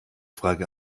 frage